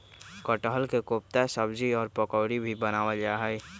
कटहल के कोफ्ता सब्जी और पकौड़ी भी बनावल जा हई